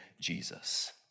Jesus